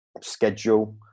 schedule